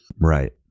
right